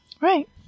Right